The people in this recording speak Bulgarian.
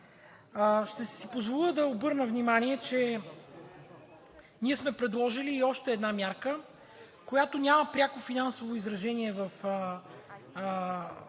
Ще си позволя да обърна внимание, че ние сме предложили и още една мярка, която няма пряко финансово изражение в